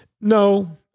No